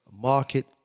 market